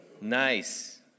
Nice